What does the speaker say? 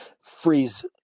freeze